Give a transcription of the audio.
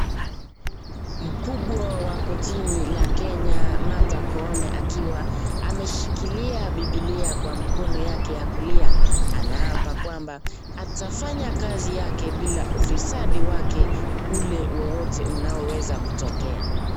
Mkubwa wa kortini la Kenya Martha Koome akiwa ameshikilia bibilia kwa mkono yake ya kulia anaapa kwamba atafanya kazi yake bila ufisadi wake ule wowote unaoweza kutokea.